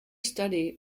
study